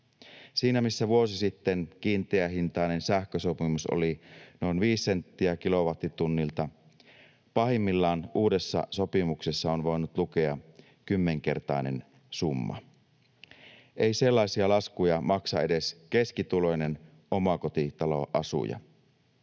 Siinä missä vuosi sitten kiinteähintainen sähkösopimus oli noin viisi senttiä kilowattitunnilta, pahimmillaan uudessa sopimuksessa on voinut lukea kymmenkertainen summa. Ei sellaisia laskuja maksa edes keskituloinen omakotitaloasuja,